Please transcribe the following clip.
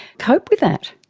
cope with that?